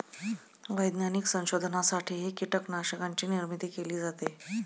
वैज्ञानिक संशोधनासाठीही कीटकांची निर्मिती केली जाते